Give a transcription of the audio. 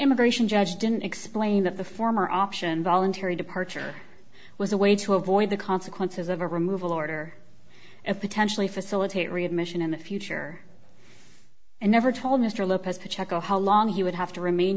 immigration judge didn't explain that the former option voluntary departure was a way to avoid the consequences of a removal order and potentially facilitate readmission in the future and never told mr lopez pacheco how long he would have to remain